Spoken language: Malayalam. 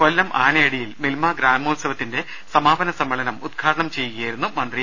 കൊല്ലം ആനയടിയിൽ മിൽമ ഗ്രാമോത്സവത്തിന്റെ സമാപന സമ്മേളനം ഉദ്ഘാടനം ചെയ്യുകയായിരുന്നു മന്ത്രി